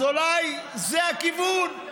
אז אולי זה הכיוון.